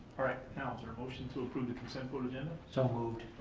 now is there a motion to approve the consent vote agenda? so moved.